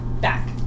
back